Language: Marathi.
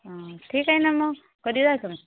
ठीक आहे ना मग कधी जायचं